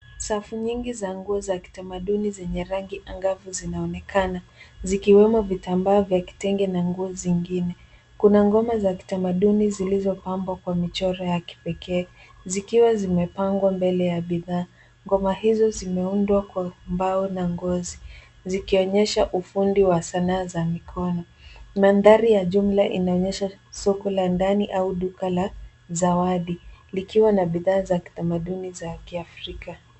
Safu nyingi za nguo za kitamaduni zenye rangi angavu zinaonekana zikiwemo vitambaa vya vitenge na nguo zingine. Kuna ngoma za kitamaduni zilizopambwa kwa michoro ya kipekee zikiwa zimepangwa mbele ya bidhaa. Ngoma hizo zimeundwa kwa mbao na ngozi zikionyesha ufundi wa sanaa za mikono. Mandhari ya jumla inaonyesha soko la ndani au duka la zawadi, likiwa na bidhaa za kitamaduni za Kiafrika.